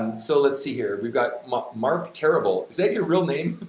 and so, let's see here, we've got mark mark terrible, is that your real name?